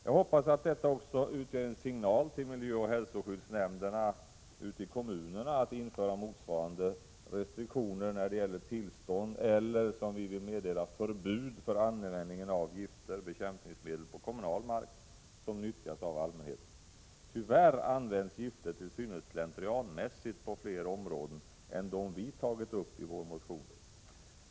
Jag hoppas att detta också utgör en signal till miljöoch hälsoskyddsnämnderna ute i kommunerna att införa motsvarande restriktioner när det gäller tillstånd eller, som vi vill, att meddela förbud mot användning av gifter och bekämpningsmedel på kommunal mark som nyttjas av allmänheten. Tyvärr används gifter till synes slentrianmässigt på flera områden än dem vi har tagit upp i vår motion.